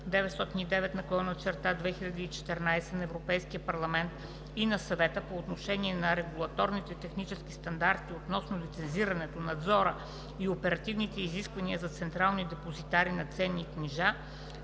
(ЕС) № 909/2014 на Европейския парламент и на Съвета по отношение на регулаторните технически стандарти относно лицензирането, надзора и оперативните изисквания за централни депозитари на ценни книжа